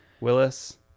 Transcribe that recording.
willis